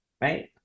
Right